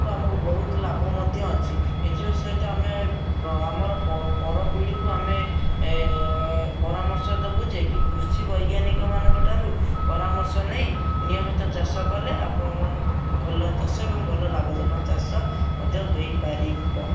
ଆମକୁ ବହୁତ ଲାଭ ମଧ୍ୟ ଅଛି ଏଥିର ସହିତ ଆମେ ଆମର ପ ପର ପିଢ଼ିକୁ ଆମେ ପରାମର୍ଶ ଦବୁ ଯେ କି କୃଷି ବୈଜ୍ଞାନିକମାନଙ୍କଠାରୁ ପରାମର୍ଶ ନେଇ ନିୟମିତ ଚାଷ କଲେ ଆପଣ ଭଲ ଚାଷ ଏବଂ ଭଲ ଲାଭଜନକ ଚାଷ ମଧ୍ୟ ହୋଇପାରିବ